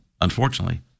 unfortunately